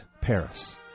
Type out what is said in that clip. Paris